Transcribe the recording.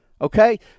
Okay